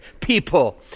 people